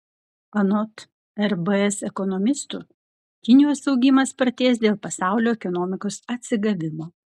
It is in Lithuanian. anot rbs ekonomistų kinijos augimas spartės dėl pasaulio ekonomikos atsigavimo